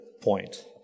point